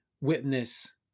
witness